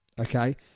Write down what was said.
okay